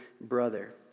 brother